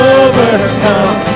overcome